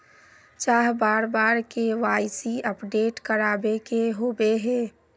चाँह बार बार के.वाई.सी अपडेट करावे के होबे है?